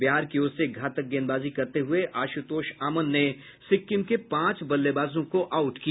बिहार की ओर से घातक गेंदबाजी करते हुए आश्र्तोष अमन ने सिक्किम के पांच बल्लेबाजों को आउट किया